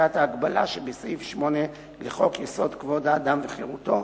בפסקת ההגבלה שבסעיף 8 לחוק-יסוד: כבוד האדם וחירותו,